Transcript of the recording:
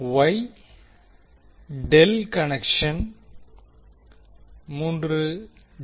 Y ∆ connection 3